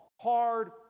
hard